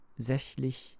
Sächlich